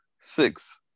six